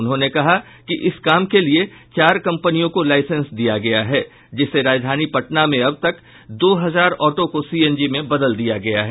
उन्होंने कहा कि इस काम के लिये चार कंपनियों को लाईसेंस दिया गया है जिससे राजधानी में अब तक दो हजार ऑटो को सीएनजी में बदल दिया गया है